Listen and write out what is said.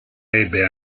ebbe